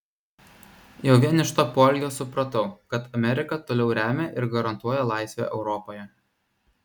jau vien iš to poelgio supratau kad amerika toliau remia ir garantuoja laisvę europoje